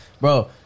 bro